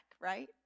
right